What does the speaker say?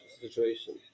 situation